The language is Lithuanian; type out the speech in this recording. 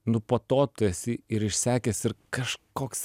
nu po to tu esi ir išsekęs ir kažkoks